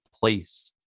place